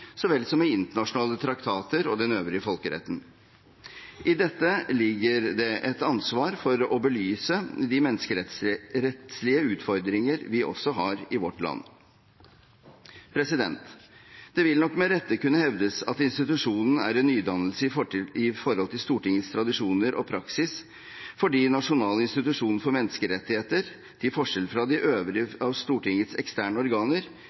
så vel som i internasjonale traktater og den øvrige folkeretten. I dette ligger det et ansvar for å belyse de menneskerettslige utfordringer vi også har i vårt land. Det vil nok med rette kunne hevdes at institusjonen er en nydannelse i forhold til Stortingets tradisjoner og praksis, fordi Nasjonal institusjon for menneskerettigheter, til forskjell fra de øvrige av Stortingets eksterne organer,